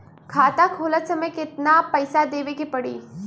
खाता खोलत समय कितना पैसा देवे के पड़ी?